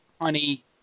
honey